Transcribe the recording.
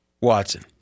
Watson